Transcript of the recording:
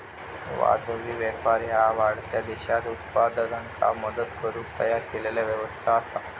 वाजवी व्यापार ह्या वाढत्या देशांत उत्पादकांका मदत करुक तयार केलेला व्यवस्था असा